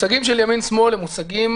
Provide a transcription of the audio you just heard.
מושגים של ימין-שמאל הם מושגים